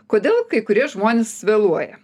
kodėl kai kurie žmonės vėluoja